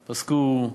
פסקו,